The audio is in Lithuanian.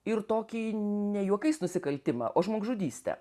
ir tokį ne juokais nusikaltimą o žmogžudystę